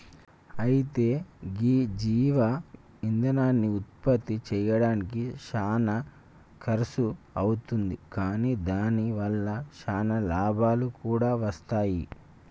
అయితే గీ జీవ ఇందనాన్ని ఉత్పప్తి సెయ్యడానికి సానా ఖర్సు అవుతుంది కాని దాని వల్ల సానా లాభాలు కూడా వస్తాయి